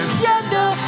gender